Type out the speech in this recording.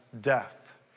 death